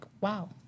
wow